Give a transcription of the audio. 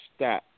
stats